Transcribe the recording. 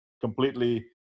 completely